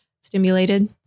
stimulated